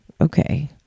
okay